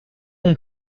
mon